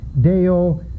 Deo